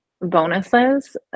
bonuses